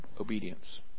obedience